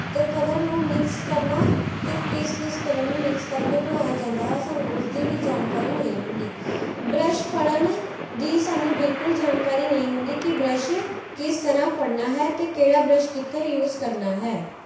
ਅਤੇ ਕਲਰ ਨੂੰ ਮਿਕਸ ਕਰਨਾ ਅਤੇ ਕਿਸ ਕਿਸ ਕਲਰ ਨੂੰ ਮਿਕਸ ਕਰਕੇ ਬਣਾਇਆ ਜਾਂਦਾ ਹੈ ਸਾਨੂੰ ਉਸਦੀ ਵੀ ਜਾਣਕਾਰੀ ਨਹੀਂ ਹੁੰਦੀ ਬਰੱਸ਼ ਫੜਨ ਦੀ ਸਾਨੂੰ ਬਿਲਕੁਲ ਜਾਣਕਾਰੀ ਨਹੀਂ ਹੁੰਦੀ ਕਿ ਬਰੱਸ਼ ਕਿਸ ਤਰ੍ਹਾਂ ਫੜਨਾ ਹੈ ਅਤੇ ਕਿਹੜਾ ਬਰੱਸ਼ ਕਿੱਥੇ ਯੂਸ ਕਰਨਾ ਹੈ